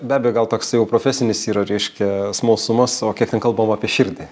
be abejo gal toksai jau profesinis yra reiškia smalsumas o kiek ten kalbam apie širdį